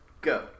go